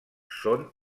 són